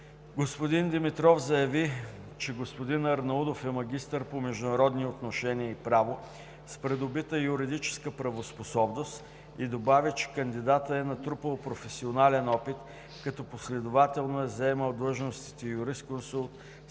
Господин Димитров заяви, че господин Арнаудов е магистър по международни отношения и право с придобита юридическа правоспособност и добави, че кандидатът е натрупал професионален опит като последователно е заемал длъжностите юрисконсулт,